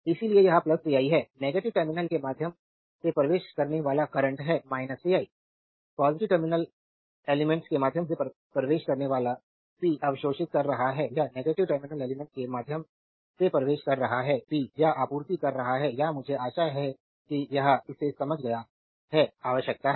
इसलिए यह vi है नेगेटिव टर्मिनल के माध्यम से प्रवेश करने वाला करंट है vi पॉजिटिव टर्मिनल एलिमेंट्स के माध्यम से प्रवेश करने वाला p अवशोषित कर रहा है या नेगेटिव टर्मिनल एलिमेंट्स के माध्यम से प्रवेश कर रहा है p या आपूर्ति कर रहा है या मुझे आशा है कि यह इसे समझ गया है आवश्यकता है